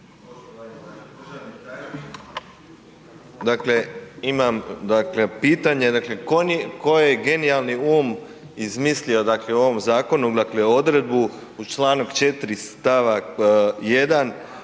Dakle imam pitanje, dakle koji je genijalni um izmislio u ovom zakonu odredbu uz članak 4.